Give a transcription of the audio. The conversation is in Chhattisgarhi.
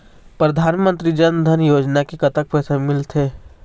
परधानमंतरी जन धन योजना ले कतक पैसा मिल थे?